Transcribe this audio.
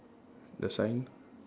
the sign